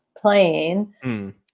playing